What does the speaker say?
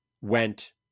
went